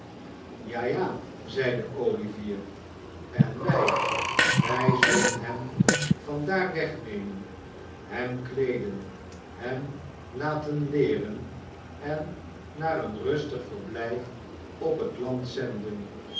ja ja zeide olivier en wij wij zullen hem van daar wegnemen hem kleeden hem laten leeren en naar een rustig verblijf op het land zenden